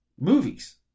movies